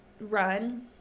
run